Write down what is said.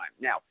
Now